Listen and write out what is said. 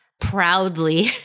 proudly